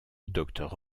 docteur